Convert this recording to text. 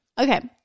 Okay